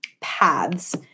paths